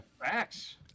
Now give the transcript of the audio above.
Facts